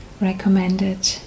recommended